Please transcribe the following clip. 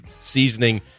seasoning